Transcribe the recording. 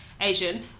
Asian